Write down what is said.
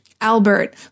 Albert